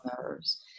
nerves